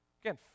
Again